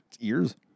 ears